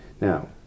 Now